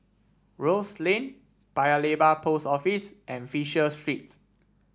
Rose Lane Paya Lebar Post Office and Fisher Street